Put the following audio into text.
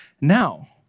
now